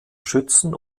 schützen